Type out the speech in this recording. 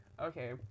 Okay